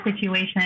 situation